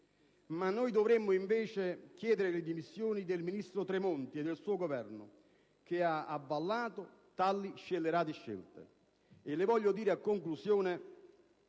Ma noi dovremmo invece chiedere le dimissioni del ministro Tremonti e del suo Governo che ha avallato tali scellerate scelte. E le voglio dire, a conclusione,